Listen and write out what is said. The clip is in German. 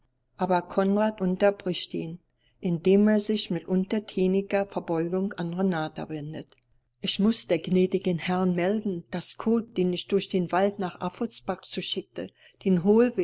aber konrad unterbricht ihn indem er sich mit untertäniger verbeugung an renata wendet ich muß der gnädigen herrin melden daß kurt den ich durch den wald nach affortsbach zu schickte den